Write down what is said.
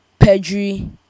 Pedri